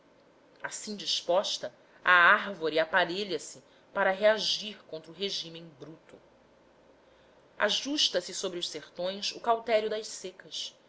assim disposta a árvore aparelha se para reagir contra o regime bruto ajusta se sobre os sertões o cautério das secas